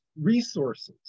resources